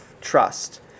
trust